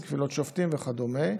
נציב קבילות שופטים וכדומה,